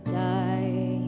die